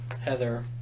Heather